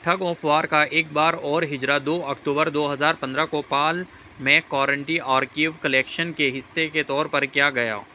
ٹھگ of war کا ایک بار اور ہجرا دو اکتوبر دو ہزار پندرہ کو Paul McCartney archive collection کے حصے کے طور پر کیا گیا